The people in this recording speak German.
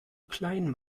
klein